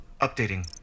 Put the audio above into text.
Updating